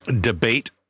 debate